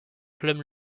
club